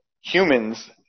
humans